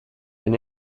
been